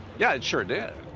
yeah, it sure did.